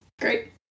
great